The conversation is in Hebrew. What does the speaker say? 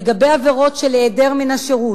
לגבי עבירות של היעדר מן השירות,